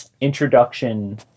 introduction